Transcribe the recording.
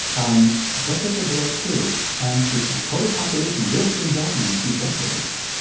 um birthrates are below two. and the total population will begin dropping in a few decades.